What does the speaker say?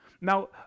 Now